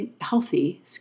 healthy